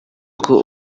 uko